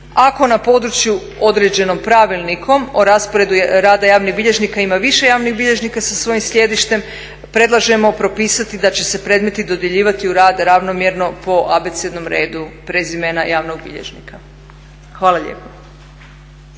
Ako na području određenom pravilnikom o rasporedu rada javnih bilježnika ima više javnih bilježnika sa svojim sjedištem predlažemo propisati da će se predmeti dodjeljivati u rad ravnomjerno po abecednom redu prezimena javnog bilježnika. Hvala lijepa.